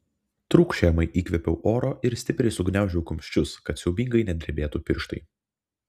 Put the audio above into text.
trūkčiojamai įkvėpiau oro ir stipriai sugniaužiau kumščius kad siaubingai nedrebėtų pirštai